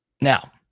Now